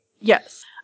yes